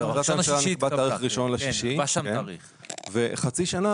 בהחלטת הממשלה נקבע התאריך 1.6 וחצי שנה